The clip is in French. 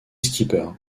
skipper